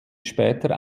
später